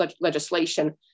legislation